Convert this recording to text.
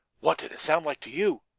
what did it sound like to you?